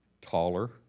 taller